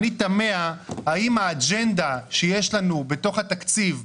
אני תמהה אם האג'נדה שיש לנו בתוך התקציב,